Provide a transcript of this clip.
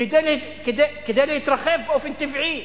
כדי להתרחב באופן טבעי.